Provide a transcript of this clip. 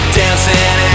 dancing